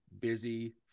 busy